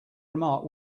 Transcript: remark